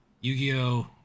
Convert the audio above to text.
Yu-Gi-Oh